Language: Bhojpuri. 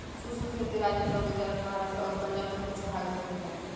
शुष्क खेती राजस्थान, गुजरात, महाराष्ट्र अउरी पंजाब के कुछ भाग में होखेला